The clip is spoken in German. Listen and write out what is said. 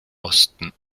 osten